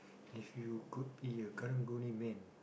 if you could be a Karang-Guni man